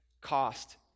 cost